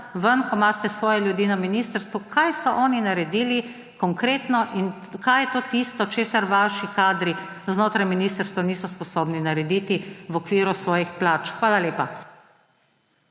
ven, ko imate svoje ljudi na ministrstvu. Kaj so oni naredili konkretno in kaj je tisto, česar vaši kadri znotraj ministrstva niso sposobni narediti v okviru svojih plač? Hvala lepa.